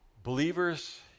Believers